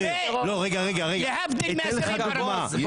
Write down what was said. להבדיל מאסירים ערבים.